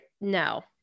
no